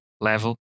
level